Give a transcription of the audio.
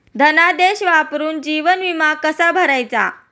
धनादेश वापरून जीवन विमा कसा भरायचा?